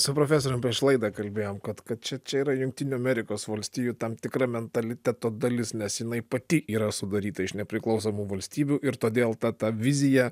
su profesorium prieš laidą kalbėjom kad kad čia čia yra jungtinių amerikos valstijų tam tikra mentaliteto dalis nes jinai pati yra sudaryta iš nepriklausomų valstybių ir todėl ta ta vizija